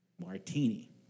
Martini